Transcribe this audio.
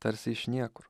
tarsi iš niekur